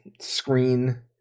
screen